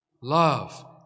love